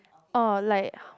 orh like